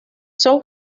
son